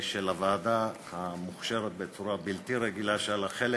של הוועדה, המוכשרת בצורה בלתי רגילה, שהיה לה חלק